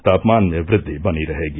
तापमान में वृद्धि बनी रहेगी